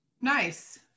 Nice